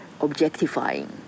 objectifying